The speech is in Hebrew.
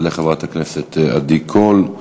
תעלה חברת הכנסת עדי קול.